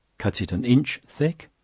cut it an inch thick,